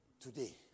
today